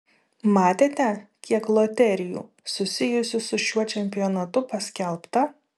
matėte kiek loterijų susijusių su šiuo čempionatu paskelbta